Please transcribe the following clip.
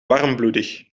warmbloedig